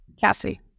Cassie